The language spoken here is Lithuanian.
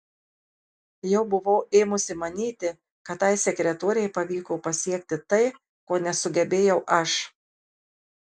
jau buvau ėmusi manyti kad tai sekretorei pavyko pasiekti tai ko nesugebėjau aš